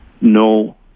No